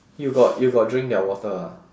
you got you got drink their water ah